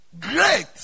Great